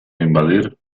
invadir